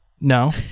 No